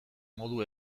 modu